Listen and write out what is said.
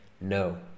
No